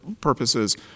purposes